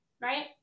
right